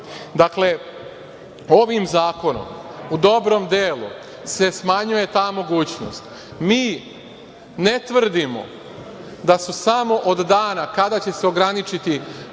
Beogradu. Ovim zakonom u dobrom delu se smanjuje ta mogućnost. Mi ne tvrdimo da su samo od dana kada će se ograničiti